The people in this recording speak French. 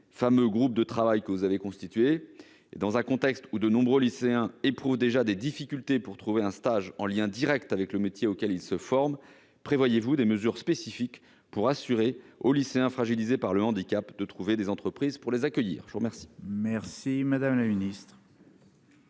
fameux groupes de travail que vous avez constitués ? Dans un contexte où de nombreux lycéens rencontrent déjà des difficultés pour trouver un stage en lien direct avec le métier auquel ils se forment, prévoyez-vous des mesures spécifiques afin que les lycéens fragilisés par le handicap puissent trouver des entreprises pour les accueillir ? La parole est à Mme la ministre